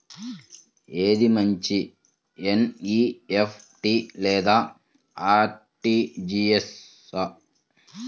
ఏది మంచి ఎన్.ఈ.ఎఫ్.టీ లేదా అర్.టీ.జీ.ఎస్?